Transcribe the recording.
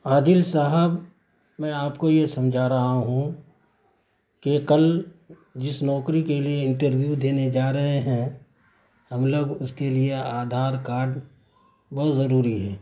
عادل صاحب میں آپ کو یہ سمجھا رہا ہوں کہ کل جس نوکری کے لیے انٹرویو دینے جا رہے ہیں ہم لوگ اس کے لیے آدھار کارڈ بہت ضروری ہے